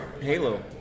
Halo